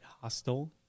hostile